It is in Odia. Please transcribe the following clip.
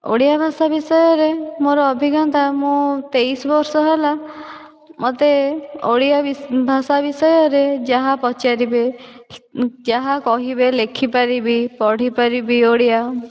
ଓଡ଼ିଆ ଭାଷା ବିଷୟରେ ମୋର ଅଭିଜ୍ଞତା ମୁଁ ତେଇଶି ବର୍ଷ ହେଲା ମୋତେ ଓଡ଼ିଆ ଭାଷା ବିଷୟରେ ଯାହା ପଚାରିବେ ଯାହା କହିବେ ଲେଖିପାରିବି ପଢ଼ିପାରିବି ଓଡ଼ିଆ